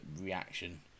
reaction